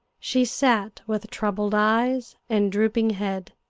she sat with troubled eyes and drooping head.